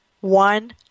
one